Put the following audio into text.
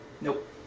Nope